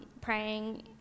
praying